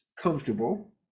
comfortable